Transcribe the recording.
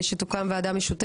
לא עדכנו את